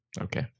okay